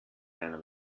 deiner